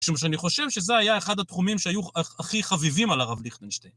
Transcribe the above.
משום שאני חושב שזה היה אחד התחומים שהיו הכי חביבים על הרב ליכטנשטיין.